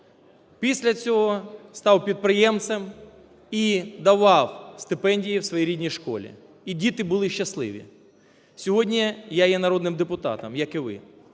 Після цього став підприємцем і давав стипендії в своїй рідній школі, і діти були щасливі. Сьогодні я є народним депутатом, як і ви,